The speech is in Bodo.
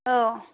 औ